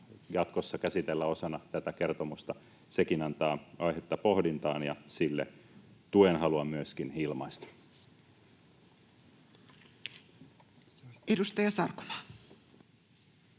jatkossa käsitellä osana tätä kertomusta. Sekin antaa aihetta pohdintaan, ja sille haluan tuen myöskin ilmaista. Edustaja Sarkomaa.